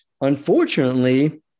unfortunately